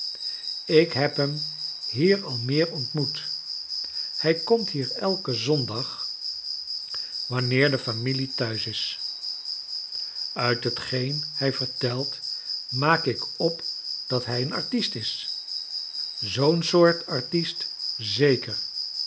ik heb hem hier al meer ontmoet hij komt hier elken zondag wanneer de familie thuis is uit hetgeen hij vertelt maak ik op dat hij een artist is zoo'n soort artist zeker